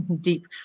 deep